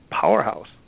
powerhouse